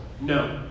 No